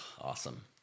awesome